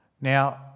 Now